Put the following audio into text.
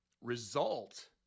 result